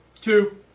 Two